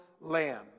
lamb